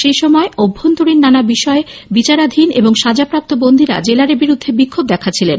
সেই সময় অভ্যন্তরীণ নানা বিষয়ে বিচারাধীন এবং সাজাপ্রাপ্ত বন্দীরা জেলারের বিরুদ্ধে বিক্ষোভ দেখাচ্ছিলেন